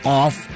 off